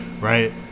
Right